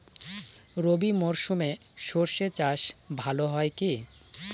রবি মরশুমে সর্ষে চাস ভালো হয় কি?